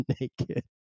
naked